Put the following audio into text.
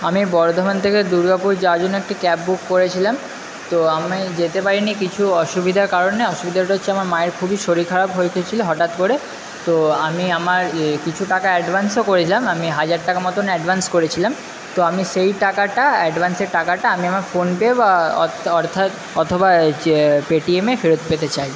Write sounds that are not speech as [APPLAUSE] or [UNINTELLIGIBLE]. আমি বর্ধমান থেকে দুর্গাপুর যাওয়ার জন্য একটি ক্যাব বুক করেছিলাম তো আমি যেতে পারিনি কিছু অসুবিধার কারণে অসুবিধাটা হচ্ছে আমার মায়ের খুবই শরীর খারাপ হয়ে গিয়েছিল হঠাৎ করে তো আমি আমার [UNINTELLIGIBLE] কিছু টাকা অ্যাডভান্সও করেছিলাম আমি হাজার টাকা মতন অ্যাডভান্স করেছিলাম তো আমি সেই টাকাটা অ্যাডভান্সের টাকাটা আমি আমার ফোনপে বা অর্থাৎ অথবা [UNINTELLIGIBLE] পেটিএমে ফেরত পেতে চাই